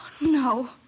No